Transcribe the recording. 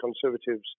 Conservatives